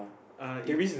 uh it's